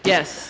Yes